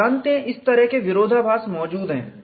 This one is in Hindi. आप जानते हैं इस तरह के विरोधाभास मौजूद हैं